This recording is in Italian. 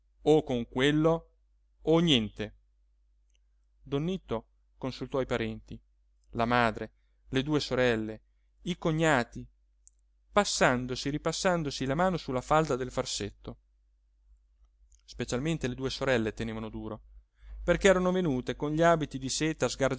o con quello o niente don nitto consultò i parenti la madre le due sorelle í cognati passandosi e ripassandosi la mano sulla falda del farsetto specialmente le due sorelle tenevano duro perché erano venute con gli abiti di seta